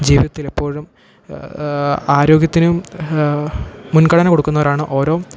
ജീവിതത്തിലെപ്പോഴും ആരോഗ്യത്തിനും മുൻഘടന കൊടുക്കുന്നവരാണ് ഓരോ